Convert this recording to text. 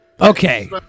Okay